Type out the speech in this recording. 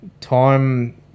time